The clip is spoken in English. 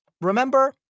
remember